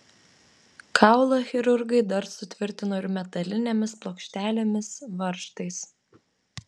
kaulą chirurgai dar sutvirtino ir metalinėmis plokštelėmis varžtais